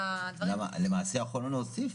למעשה יכולנו להוסיף,